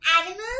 animals